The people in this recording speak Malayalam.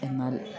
എന്നാൽ